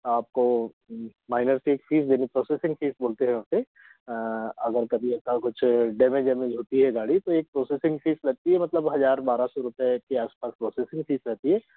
आपको minor fees देनी processing fees बोलते हैं उसे अगर कभी ऐसा हो कुछ डैमेज वमेज होती है गाड़ी तो एक प्रोसेसिंग फ़ीस लगती है मतलब हज़ार बारह सौ रुपये के आस पास प्रोसेसिंग फ़ीस रहती है